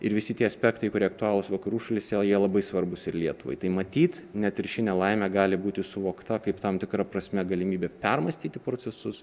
ir visi tie aspektai kurie aktualūs vakarų šalyse o jie labai svarbus ir lietuvai tai matyt net ir ši nelaimė gali būti suvokta kaip tam tikra prasme galimybė permąstyti procesus